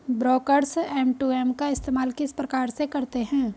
Brokers M to M का इस्तेमाल किस प्रकार से करते हैं?